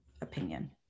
opinion